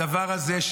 הדבר הזה,